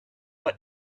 just